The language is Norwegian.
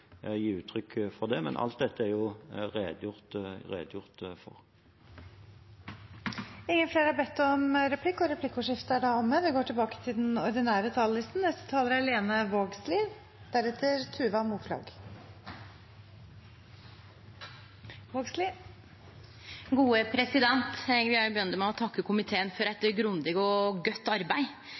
gi uttrykk for det, men alt dette er det redegjort for. Replikkordskiftet er omme. Eg vil òg begynne med å takke komiteen for eit grundig og godt arbeid.